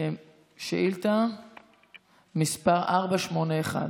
סאלח, שאילתה מס' 481,